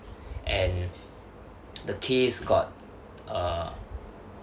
and the case got uh